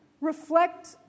reflect